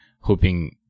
hoping